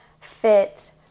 fit